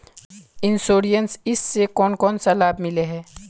Insurance इस से कोन सा लाभ मिले है?